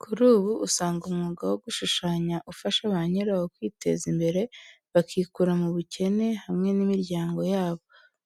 Kuri ubu usanga umwuga wo gushushanya ufasha ba nyirawo kwiteza imbere bakikura mu bukene hamwe n'imiryango yabo.